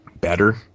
better